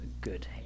good